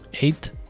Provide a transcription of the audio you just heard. eight